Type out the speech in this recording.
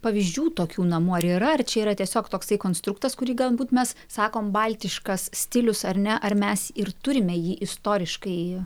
pavyzdžių tokių namų ar yra ar čia yra tiesiog toksai konstruktas kurį galbūt mes sakom baltiškas stilius ar ne ar mes ir turime jį istoriškai